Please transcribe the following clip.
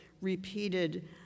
repeated